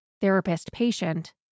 therapist-patient